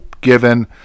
given